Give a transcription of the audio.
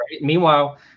Meanwhile